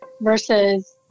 versus